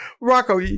Rocco